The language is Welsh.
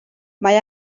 mae